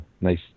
nice